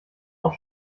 auch